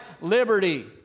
liberty